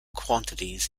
quantities